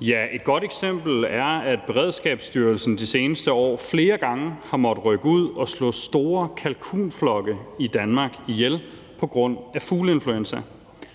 Ja, et godt eksempel er, at Beredskabsstyrelsen det seneste år flere gange har måttet rykke ud og slå store kalkunflokke i Danmark ihjel på grund af fugleinfluenza.